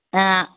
ஆ